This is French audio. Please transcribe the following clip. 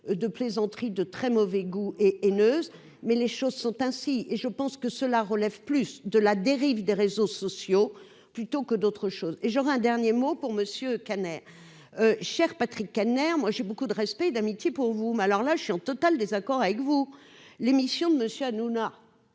de plaisanterie de très mauvais goût et haineuse, mais les choses sont ainsi et je pense que cela relève plus de la dérive des réseaux sociaux plutôt que d'autres choses et j'un dernier mot pour monsieur Cannet cher Patrick Kanner, moi j'ai beaucoup de respect et d'amitié pour vous, mais alors là je suis en total désaccord avec vous l'émission de Monsieur Hanouna.